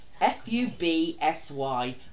F-U-B-S-Y